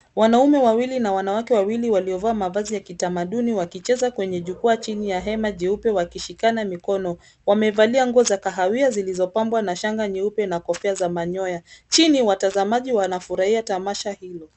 Wanaume wawili na wanawwake wawili waliovaa mavazi ya kitamaduni wakicheza kwenye jukwaa chini ya hema jeupe wakishikana mikono. Wamevalia nguo za kahawia zilizopambwa na shanga nyeupe na kofia za manyoya. Chini watazamaji wanafurahia tamasha hilo.